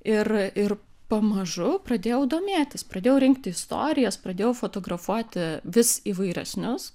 ir pamažu pradėjau domėtis pradėjau rinkti istorijas pradėjau fotografuoti vis įvairesnius